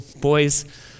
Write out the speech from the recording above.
boys